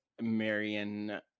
Marion